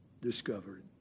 discovered